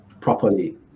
properly